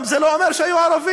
גם זה לא אומר שהיו ערבים.